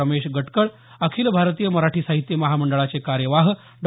रमेश गटकळ अखिल भारतीय मराठी साहित्य महामंडळाचे कार्यवाह डॉ